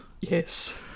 Yes